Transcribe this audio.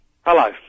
Hello